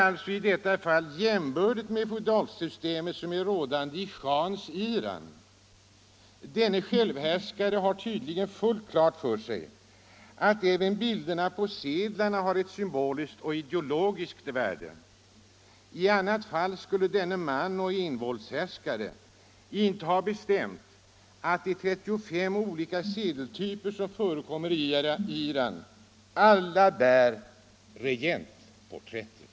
Sverige har i detta fall ett system som är jämbördigt med det feodalsystem som är rådande i shahens Iran. Denne självhärskare har tydligen fullt klart för sig att även bilderna på sedlarna har ett symboliskt och ideologiskt värde. I annat fall skulle denne envåldshärskare inte ha bestämt att de 35 olika sedeltyper som förekommer i Iran alla bär regentporträtt.